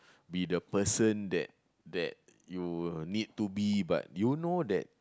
be the person that that you need to be but you know that